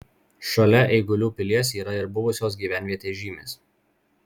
šalia eigulių pilies yra ir buvusios gyvenvietės žymės